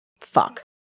Fuck